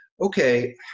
okay